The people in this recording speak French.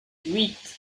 huit